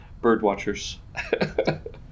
Birdwatchers